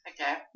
Okay